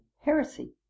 heresy